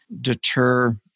deter